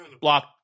block